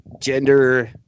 gender